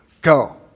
Go